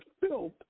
filth